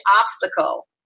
obstacle